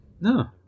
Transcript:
No